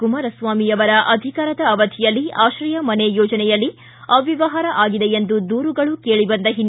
ಕುಮಾರಸ್ವಾಮಿ ಅವರ ಅಧಿಕಾರದ ಅವಧಿಯಲ್ಲಿ ಆಶ್ರಯ ಮನೆ ಯೋಜನೆಯಲ್ಲಿ ಅವ್ವವಹಾರ ಆಗಿದೆ ಎಂದು ದೂರುಗಳು ಬಂದಿದ್ದು